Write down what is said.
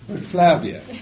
Flavia